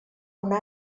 una